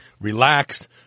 relaxed